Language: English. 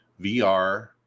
VR